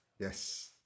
Yes